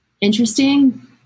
interesting